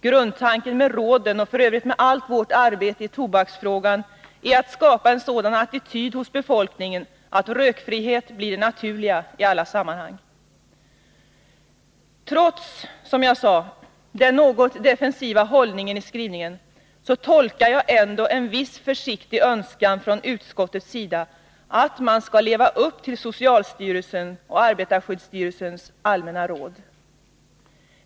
Grundtanken med råden, och f. ö. med allt vårt arbete i tobaksfrågan, är att skapa en sådan attityd bland människorna att rökfrihet blir det naturliga i alla sammanhang. Trots, som jag sade, den något defensiva hållningen i skrivningen, tolkar jag det ändå som att det finns en viss försiktig önskan från utskottets sida att man skall leva upp till socialstyrelsens och arbetarskyddsstyrelsens allmänna råd.